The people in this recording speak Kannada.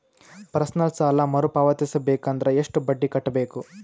ಪರ್ಸನಲ್ ಸಾಲ ಮರು ಪಾವತಿಸಬೇಕಂದರ ಎಷ್ಟ ಬಡ್ಡಿ ಕಟ್ಟಬೇಕು?